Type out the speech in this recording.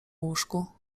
łóżku